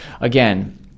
Again